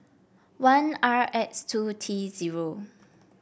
one R X two T zero